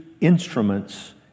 instruments